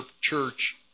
church